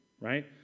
right